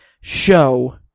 show